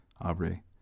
Aubrey